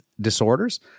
disorders